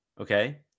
okay